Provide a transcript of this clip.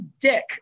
dick